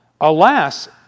Alas